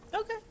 Okay